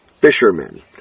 fishermen